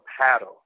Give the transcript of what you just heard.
paddle